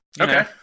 okay